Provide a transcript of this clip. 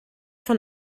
von